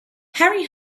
harry